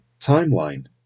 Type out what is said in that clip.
timeline